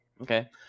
Okay